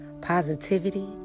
positivity